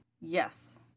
Yes